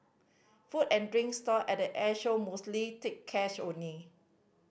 food and drink stall at the Airshow mostly take cash only